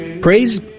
Praise